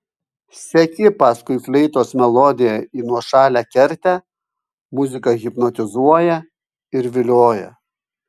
seki paskui fleitos melodiją į nuošalią kertę muzika hipnotizuoja ir vilioja